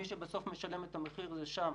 מי שבסוף משלם את המחיר אלה שם,